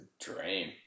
dream